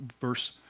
verse